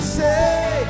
say